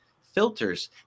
filters